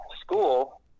school